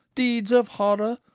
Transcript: deeds of horror,